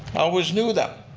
i always knew that.